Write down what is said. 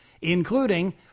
including